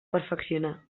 perfeccionar